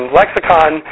lexicon